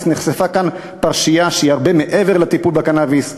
נחשפה כאן פרשייה שהיא הרבה מעבר לטיפול בקנאביס.